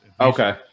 okay